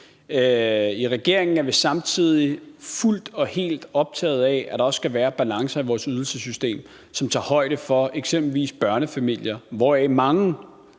I regeringen er vi samtidig fuldt og helt optaget af, at der også skal være balance i vores ydelsessystem, som tager højde for eksempelvis børnefamilier, hvoraf